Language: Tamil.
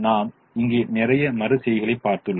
நாம் இங்கே நிறைய மறு செய்கைகளைக் பார்த்துளோம்